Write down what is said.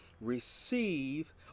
receive